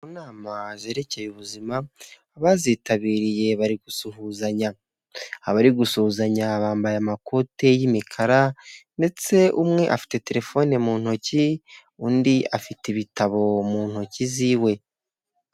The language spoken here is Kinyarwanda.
Mu nama zerekeye ubuzima, abazitabiriye bari gusuhuzanya. Abari gusuhuzanya bambaye amakoti y'imikara ndetse umwe afite terefone mu ntoki, undi afite ibitabo mu ntoki ziwe.